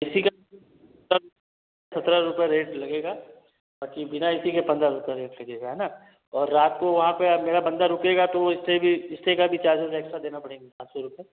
ए C के साथ सत्रह रुपए रेट लगेगा बाकी बिना ऐसी के पद्रह रुपए चलेगा है ना और रात को वहाँ पे मेरा बंदा रुकेगा तो उससे भी हिस्से का भी चार्ज एक्स्ट्रा देना पड़ेगा